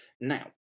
now